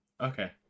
Okay